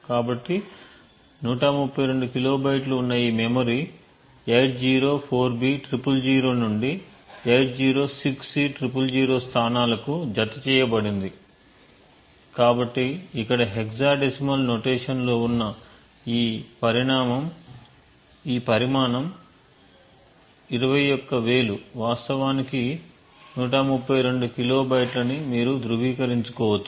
కాబట్టి 132 కిలోబైట్లు వున్న ఈ మెమరీ 804b000 నుండి 806c000 స్థానాలకు జతచేయబడింది కాబట్టి ఇక్కడ హెక్సాడెసిమల్ నొటేషన్ లో వున్న ఈ పరిమాణం 21000 వాస్తవానికి 132 కిలోబైట్లని మీరు ధృవీకరించవచ్చు